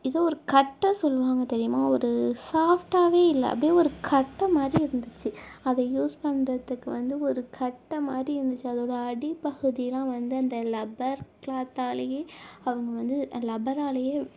எதோ ஒரு கட்ட சொல்லுவாங்க தெரியுமா ஒரு ஷாஃப்ட்டாகவே இல்லை அப்படியே ஒரு கட்ட மாரி இருந்துச்சு அதை யூஸ் பண்ணுறதுக்கு வந்து ஒரு கட்ட மாரி இருந்துச்சு அதோட அடி பகுதியிலாம் வந்து அந்த லப்பர் க்ளாத்தாலயே அவங்க வந்து லப்பராலயே